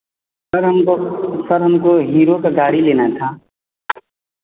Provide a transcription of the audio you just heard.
sir हमको sir हमको Hero का गाड़ी लेना था